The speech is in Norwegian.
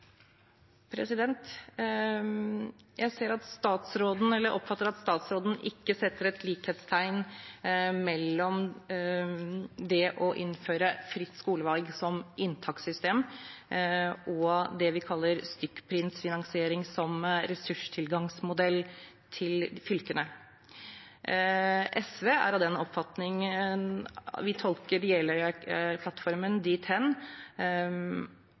Jeg oppfatter at statsråden ikke setter likhetstegn mellom det å innføre fritt skolevalg som inntakssystem og det vi kaller stykkprisfinansiering, som ressurstilgangsmodell til fylkene. SV er av den oppfatning – vi tolker